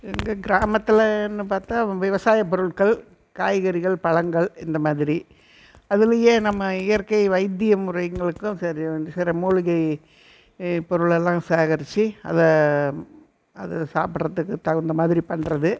எங்கள் கிராமத்திலன்னு பார்த்தா விவசாயப் பொருட்கள் காய்கறிகள் பழங்கள் இந்த மாதிரி அதிலையே நம்ம இயற்கை வைத்திய முறைங்களுக்கும் சரி வந்து சில மூலிகை பொருளெல்லாம் சேகரிச்சு அதை அதை சாப்பிடுறதுக்கு தகுந்த மாதிரி பண்ணுறது